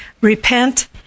repent